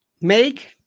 Make